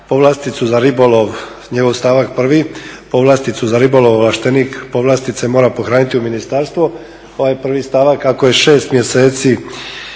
povlasticu za ribolov, njegov stavak 1., povlasticu za ribolov ovlaštenik povlastice mora pohraniti u ministarstvo. Ovaj 1. stavak ako je duže od 6 mjeseci,